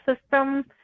system